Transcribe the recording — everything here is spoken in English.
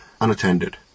unattended